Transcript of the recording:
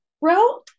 Bro